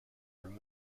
ruin